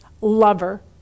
lover